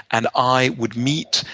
and i would meet.